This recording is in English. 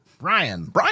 Brian